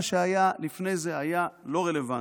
מה שהיה לפני זה לא רלוונטי.